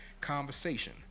Conversation